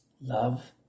love